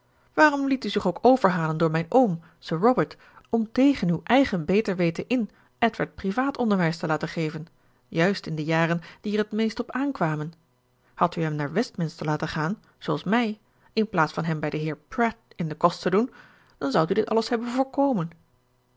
waarom liet u zich ook overhalen door mijn oom sir robert om tegen uw eigen beter weten in edward privaat onderwijs te laten geven juist in de jaren die er het meest op aankwamen hadt u hem naar westminster laten gaan zooals mij inplaats van hem bij den heer pratt in den kost te doen dan zoudt u dit alles hebben voorkomen